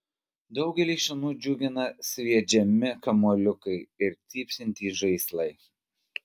daugelį šunų džiugina sviedžiami kamuoliukai ir cypsintys žaislai